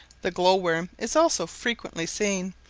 the glowworm is also frequently seen,